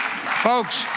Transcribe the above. Folks